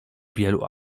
wielu